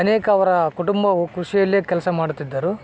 ಅನೇಕ ಅವರ ಕುಟುಂಬವು ಕೃಷಿಯಲ್ಲೆ ಕೆಲಸ ಮಾಡುತ್ತಿದ್ದರು